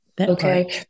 Okay